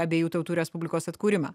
abiejų tautų respublikos atkūrimą